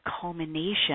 culmination